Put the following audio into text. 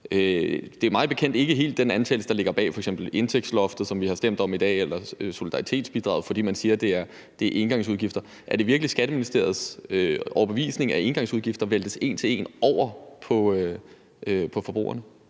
bekendt ikke helt den antagelse, der ligger bag f.eks. indtægtsloftet, som vi har stemt om i dag, eller solidaritetsbidraget, fordi man siger, det er engangsudgifter. Er det virkelig Skatteministeriets overbevisning, at engangsudgifter væltes en til en over på forbrugerne?